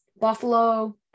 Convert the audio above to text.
Buffalo